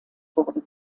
wurden